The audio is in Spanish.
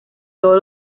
todos